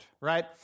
right